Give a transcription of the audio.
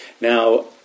Now